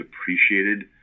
appreciated